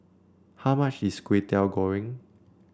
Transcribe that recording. how much is Kwetiau Goreng